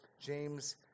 James